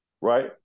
right